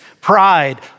pride